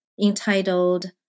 entitled